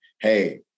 hey